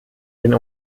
den